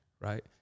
right